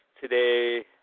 Today